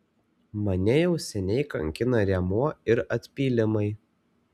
mane jau seniai kankina rėmuo ir atpylimai